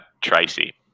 Tracy